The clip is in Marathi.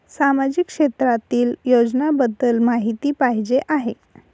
सामाजिक क्षेत्रातील योजनाबद्दल माहिती पाहिजे आहे?